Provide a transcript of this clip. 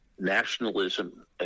nationalism